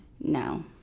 No